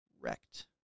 wrecked